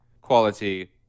quality